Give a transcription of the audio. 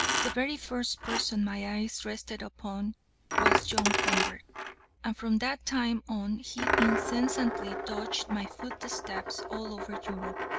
the very first person my eyes rested upon was john convert and from that time on he incessantly dogged my footsteps all over europe.